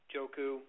Joku